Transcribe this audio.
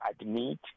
admit